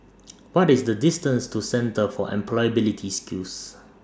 What IS The distance to Centre For Employability Skills